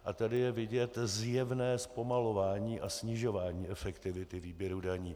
A tady je vidět zjevné zpomalování a snižování efektivity výběru daní.